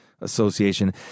association